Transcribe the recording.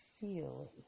feel